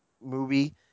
movie